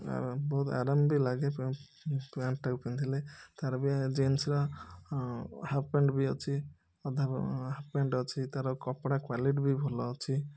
ଆରାମ ବହୁତ ବି ଲାଗେ ପ୍ୟାଣ୍ଟଟାକୁ ପିନ୍ଧିଲେ ତା'ର ବି ଜିନ୍ସର ହାଫପ୍ୟାଣ୍ଟ ବି ଅଛି ହାଫପ୍ୟାଣ୍ଟ ବି ଅଛି ତା'ର କପଡ଼ା କ୍ୱାଲିଟି ବି ଭଲଅଛି